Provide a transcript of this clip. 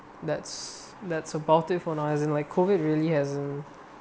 that's that's about it for I as in like COVID really has in